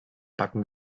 backen